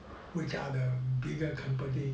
which are the bigger company